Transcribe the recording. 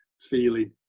feeling